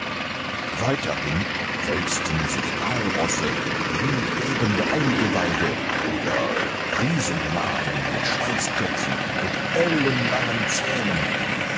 weiterhin wälzten sich walrosse wie lebende eingeweide oder riesenmaden mit schweinsköpfen und ellenlangen zähnen